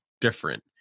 different